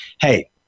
Hey